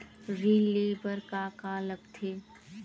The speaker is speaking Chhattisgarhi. ऋण ले बर का का लगथे?